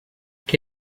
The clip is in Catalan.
què